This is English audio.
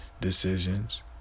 decisions